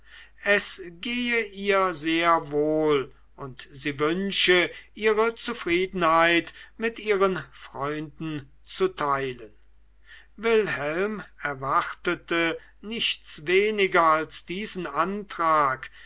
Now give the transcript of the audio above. es gehe ihr sehr wohl und sie wünsche ihre zufriedenheit mit ihren freunden zu teilen wilhelm erwartete nichts weniger als diesen antrag